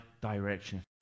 direction